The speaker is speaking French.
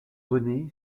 rené